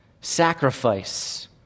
sacrifice